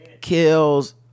kills